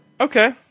Okay